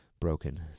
broken